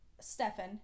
Stefan